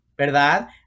¿verdad